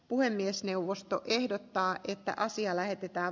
puhemiesneuvosto ehdottaa että asia lähetetään